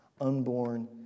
unborn